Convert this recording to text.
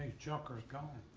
junkers gone.